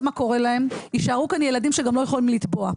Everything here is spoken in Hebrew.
מה קורה להם יישארו כאן ילדים שגם לא יכולים לתבוע.